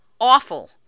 awful